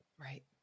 Right